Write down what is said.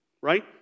right